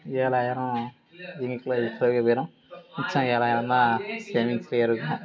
ஏழாயிரம் எங்களுக்குள்ள போயிரும் மிச்சம் ஏழாயிரம் தான் சேவிங்ஸ்லேயே இருக்கும்